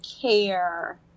care